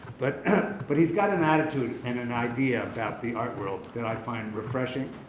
but but he's got an attitude and an idea about the art world that i find refreshing.